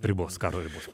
ribos karo ribos